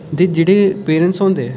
ते जेह्ड़े पेरैंट्स होंदे